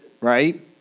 right